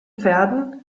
pferden